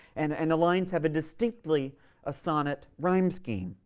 and and the lines have distinctly a sonnet rhyme-scheme,